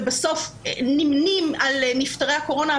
ובסוף נמנים על נפטרי הקורונה,